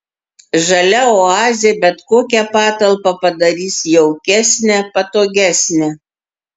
žalia oazė bet kokią patalpą padarys jaukesnę patogesnę